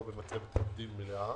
לא במצבת עובדים מלאה.